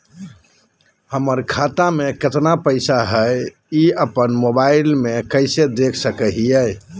हमर खाता में केतना पैसा हई, ई अपन मोबाईल में कैसे देख सके हियई?